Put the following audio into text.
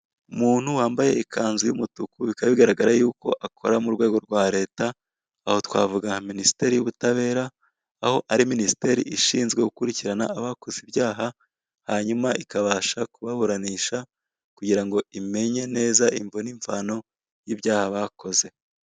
Umuntu wambaye ikanzu y'umutuku bikaba bigaragara yuko akora mu rwego rwa leta aho twavuga minisiteri y'ubutabera aho ari minisiteri ishinzwe gukurikirana abakoze ibyaha hanyuma ikabasha kubaburanisha kugira ngo imenye neza imvo ni mvano y'ibyaha bakoze.